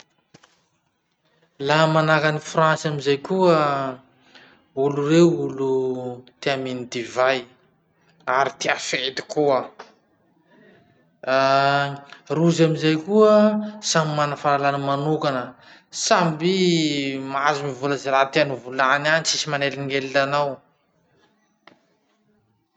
Laha manahaky any Frantsa amizay koa, olo reo olo tia mino divay ary tia fety koa. Rozy amizay samy mana fahalaha manokana, samby mahazo mivola ze raha tiany ho volany any, tsy misy manelingelina anao.